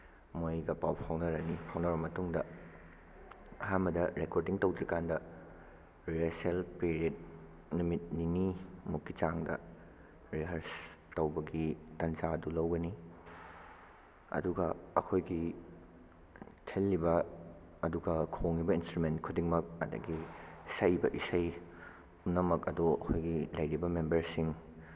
ꯃꯣꯏꯒ ꯄꯥꯎ ꯐꯥꯎꯅꯔꯅꯤ ꯐꯥꯎꯅꯔꯕ ꯃꯇꯨꯡꯗ ꯑꯍꯥꯟꯕꯗ ꯔꯦꯀꯣꯔꯗꯤꯡ ꯇꯧꯗ꯭ꯔꯤꯀꯥꯟꯗ ꯔꯤꯍꯔꯁꯦꯜ ꯄꯤꯔꯤꯌꯠ ꯅꯨꯃꯤꯠ ꯅꯤꯅꯤꯃꯨꯛꯀꯤ ꯆꯥꯡꯗ ꯔꯤꯍꯔꯁ ꯇꯧꯕꯒꯤ ꯇꯟꯖꯥ ꯑꯗꯨ ꯂꯧꯒꯅꯤ ꯑꯗꯨꯒ ꯑꯩꯈꯣꯏꯒꯤ ꯊꯤꯜꯂꯤꯕ ꯑꯗꯨꯒ ꯈꯣꯡꯉꯤꯕ ꯏꯟꯁꯇ꯭ꯔꯨꯃꯦꯟ ꯈꯨꯗꯤꯡꯃꯛ ꯑꯗꯒꯤ ꯁꯛꯏꯕ ꯏꯁꯩ ꯄꯨꯝꯅꯃꯛ ꯑꯗꯨ ꯑꯩꯈꯣꯏꯒꯤ ꯂꯩꯔꯤꯕ ꯃꯦꯝꯕꯔꯁꯤꯡ